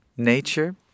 Nature